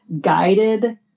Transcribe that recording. guided